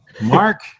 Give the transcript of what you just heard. Mark